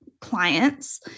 clients